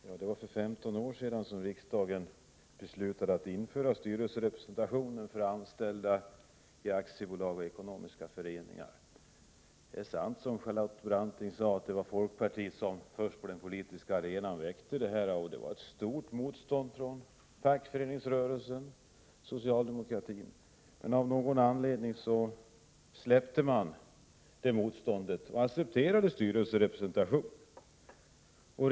Herr talman! För 15 år sedan beslutade riksdagen att införa styrelserepresentation för anställda i aktiebolag och ekonomiska föreningar. Det är sant, som Charlotte Branting sade, att det var folkpartiet som var först på den politiska arenan med att väcka det här förslaget. Det fanns ett stort motstånd från fackföreningsrörelsen och socialdemokratin. Men av någon anledning släppte man det motståndet och accepterade styrelserepresentation.